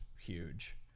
huge